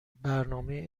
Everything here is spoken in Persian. برنامه